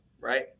right